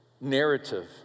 narrative